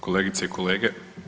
Kolegice i kolege.